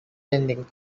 ending